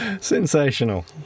Sensational